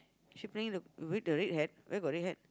she playing with the with the red hat where got red hat